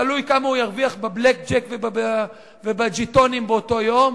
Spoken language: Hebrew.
תלוי כמה הוא ירוויח ב"בלק ג'ק" ובז'יטונים באותו יום.